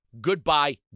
goodbye